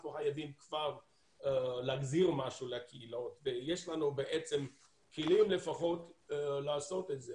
אנחנו חייבים כבר להחזיר משהו לקהילות ויש לנו כלים לעשות את זה.